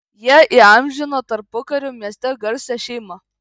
jie įamžino tarpukariu mieste garsią šeimą